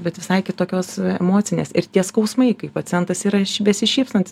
bet visai kitokios emocinės ir tie skausmai kai pacientas yra ši besišypsant